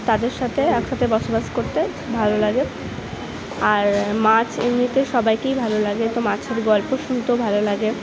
তাদের সাথে এক সাথে বসবাস করতে ভালো লাগে আর মাছ এমনিতে সবাইকেই ভালো লাগে তো মাছের গল্প শুনতেও ভালো লাগে